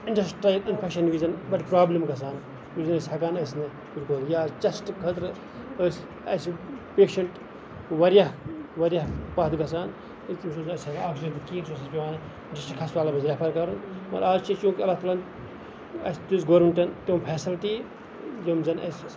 intestinal infection وِزِن بَڑٕ problem گژھان ییٚلہِ أسۍ ہٮ۪کان ٲسۍ نہٕ رُکٲوِتھ یا چیسٹ خٲطرٕ ٲسۍ اَسہِ پیشنٹ واریاہ واریاہ پَتھ گژھان اَسہِ اوس پیوان ڈِسٹرک ہٮسپتال ریفر کَرُن اَسہِ دِژٕ گورمینٹَن تِم فیسَلٹی یِم زَن اَسہِ